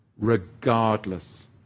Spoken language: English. regardless